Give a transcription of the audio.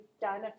done